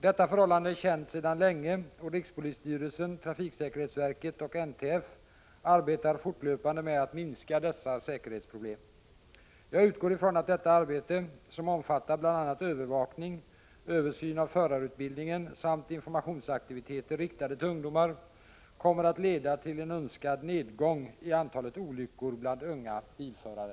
Detta förhållande är känt sedan länge, och rikspolisstyrelsen, trafiksäkerhetsverket och NTF arbetar fortlöpande med att minska dessa säkerhetsproblem. Jag utgår från att detta arbete — som omfattar bl.a. övervakning, översyn av förarutbildningen samt informationsaktiviteter riktade till ungdomar — kommer att leda till en önskad nedgång i antalet olyckor bland unga bilförare.